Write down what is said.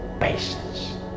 patience